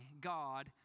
God